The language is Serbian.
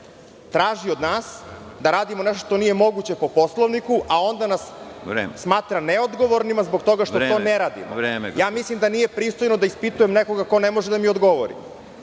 traži od nas da radimo nešto što nije moguće po Poslovniku, a onda nas smatra neodgovornima zbog toga što to ne radimo. Ja mislim da nije pristojno da ispitujem nekoga ko ne može da mi odgovori.